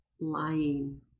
lying